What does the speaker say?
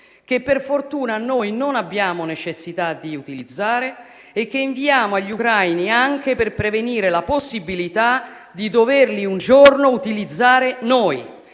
che, per fortuna, noi non abbiamo necessità di utilizzare e che inviamo agli ucraini anche per prevenire la possibilità di doverli un giorno utilizzare noi.